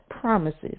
promises